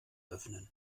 öffnen